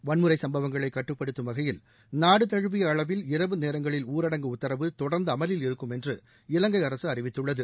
வன்முறைச் சம்பவங்களைக் கட்டுப்படுத்தும் வகையில் நாடு தழுவிய அளவில் இரவு நேரங்களில் ஊரடங்கு உத்தரவு தொடர்ந்து அமலில் இருக்கும் என்று இலங்கை அரசு அறிவித்துள்ளது